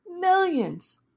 millions